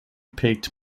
peaked